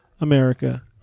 America